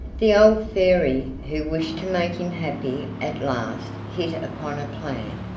the old fairy, who wished to make him happy, at last hit upon a plan.